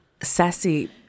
sassy